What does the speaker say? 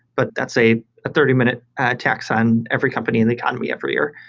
but that's a a thirty minute tax on every company in the economy every year.